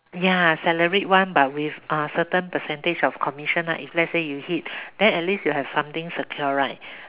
ya salaried one but with uh certain percentage of commission lah if let's say you hit then at least you have something secure right